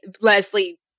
Leslie